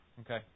Okay